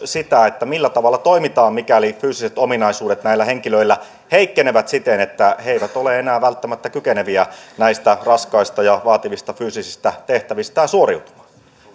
sitä millä tavalla toimitaan mikäli fyysiset ominaisuudet näillä henkilöillä heikkenevät siten että he eivät ole enää välttämättä kykeneviä näistä raskaista ja vaativista fyysisistä tehtävistään suoriutumaan